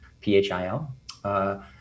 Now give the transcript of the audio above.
P-H-I-L